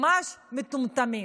ממש מטומטמים.